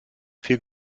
viel